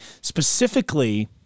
specifically